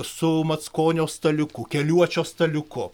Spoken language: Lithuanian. su mackonio staliuku keliuočio staliuku